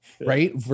right